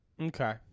Okay